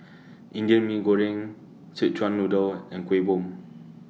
Indian Mee Goreng Szechuan Noodle and Kueh Bom